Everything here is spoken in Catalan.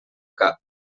cap